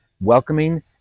welcoming